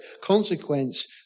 consequence